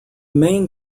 main